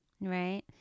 right